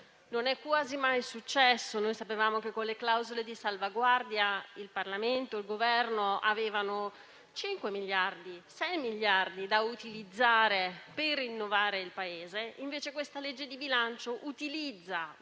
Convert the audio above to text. non è quasi mai successo. Sapevamo che con le clausole di salvaguardia il Parlamento e il Governo avevano 5 o 6 miliardi da utilizzare per rinnovare il Paese; invece, questo disegno di legge di bilancio utilizza